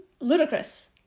ludicrous